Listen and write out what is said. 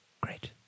Great